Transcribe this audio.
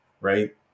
right